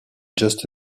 just